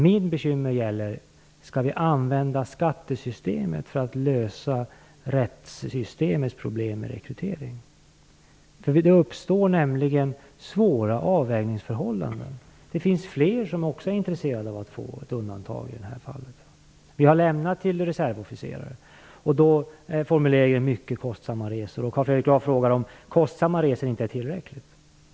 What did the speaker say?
Mitt bekymmer gäller om vi skall använda skattesystemet för att lösa rättssystemets problem med rekrytering. Det uppstår nämligen svåra avvägningsförhållanden här. Det finns fler som också är intresserade av att få ett undantag i den här frågan. Vi har lämnat det till reservofficerare. Då är formuleringen "mycket kostsamma resor". Carl Fredrik Graf frågar om det inte är tillräckligt med kostsamma resor.